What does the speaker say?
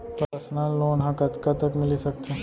Personal loan ह कतका तक मिलिस सकथे?